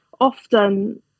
often